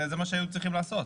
זה מה שהיו צריכים לעשות.